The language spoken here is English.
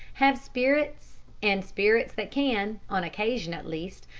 have spirits, and spirits that can, on occasion, at least,